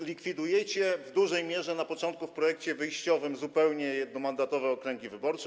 Zlikwidujecie w dużej mierze - na początku, w projekcie wyjściowym zupełnie - jednomandatowe okręgi wyborcze.